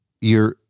you're-